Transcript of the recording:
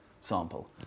sample